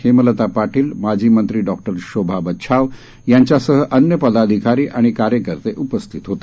हेमलता पाटील माजी मंत्री डॉक्टर शोभा बच्छाव यांच्यासह अन्य पदाधिकारी आणि कार्यकर्ते उपस्थित होते